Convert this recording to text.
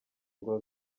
ngo